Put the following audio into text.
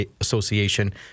Association